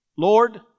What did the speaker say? Lord